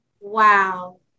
wow